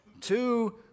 Two